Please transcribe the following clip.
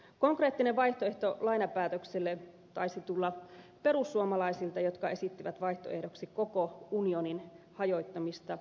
konkreettinen vaihtoehto lainapäätökselle taisi tulla perussuomalaisilta jotka esittivät vaihtoehdoksi koko unionin hajottamista